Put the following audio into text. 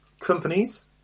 companies